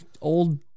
old